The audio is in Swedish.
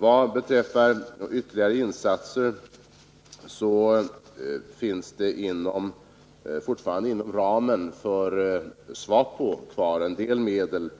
Vad beträffar ytterligare insatser finns det i vår budget inom ramen för SWAPO fortfarande kvar en del medel